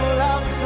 love